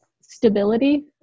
stability